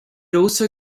also